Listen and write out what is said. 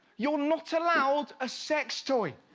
you are not allowed a sex toy.